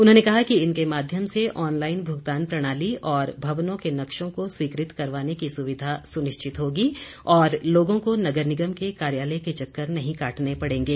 उन्होंने कहा कि इनके माध्यम से ऑनलाईन भुगतान प्रणाली और भवनों के नक्शों को स्वीकृत करवाने की सुविधा सुनिश्चित होगी और लोगों को नगर निगम के कार्यालय के चक्कर नहीं काटने पड़ेंगे